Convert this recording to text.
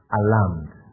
alarmed